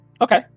Okay